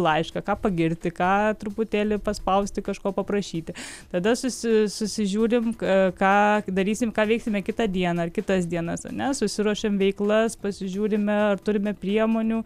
laišką ką pagirti ką truputėlį paspausti kažko paprašyti tada susi susižiūrim ką darysim ką veiksime kitą dieną ar kitas dienas ar ne susiruošiam veiklas pasižiūrime ar turime priemonių